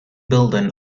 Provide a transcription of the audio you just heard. building